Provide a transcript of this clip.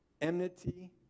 enmity